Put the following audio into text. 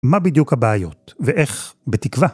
מה בדיוק הבעיות, ואיך, בתקווה